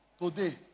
today